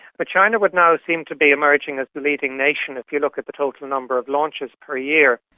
but china would now seem to be emerging as the leading nation if you look at the total number of launches per year.